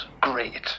great